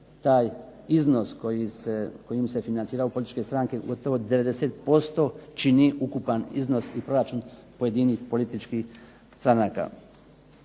taj iznos kojim se financiraju političke stranke gotovo 90% čini ukupan iznos i proračun pojedinih političkih stranaka.